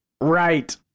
right